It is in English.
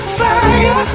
fire